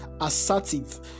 assertive